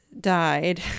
died